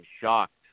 shocked